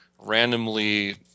randomly